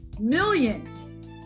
millions